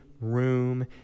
room